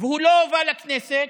והוא לא הובא לכנסת